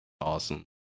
awesome